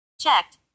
Checked